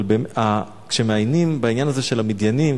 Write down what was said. אבל כשמעיינים בעניין הזה של המדיינים,